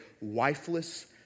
wifeless